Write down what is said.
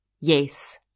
Yes